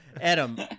Adam